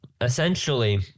essentially